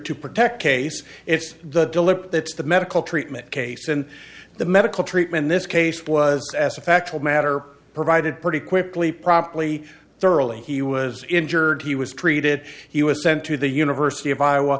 to protect case it's the dilip that's the medical treatment case and the medical treatment this case was as a factual matter provided pretty quickly promptly thoroughly he was injured he was treated he was sent to the university of iowa